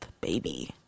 baby